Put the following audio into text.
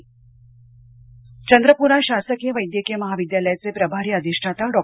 अधिष्ठाता चंद्रपुरात शासकीय वैद्यकीय महाविद्यालयाचे प्रभारी अधिष्ठाता डॉ